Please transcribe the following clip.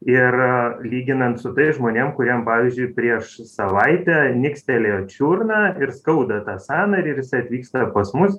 ir lyginant su tais žmonėm kuriem pavyzdžiui prieš savaitę nikstelėjo čiurną ir skauda tą sąnarį ir jisai atvyksta pas mus